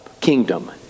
kingdom